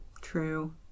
True